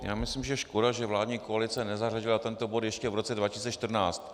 Já myslím, že je škoda, že vládní koalice nezařadila tento bod ještě v roce 2014.